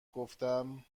گفتم